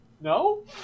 No